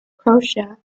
croatia